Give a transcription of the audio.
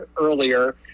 earlier